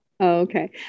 Okay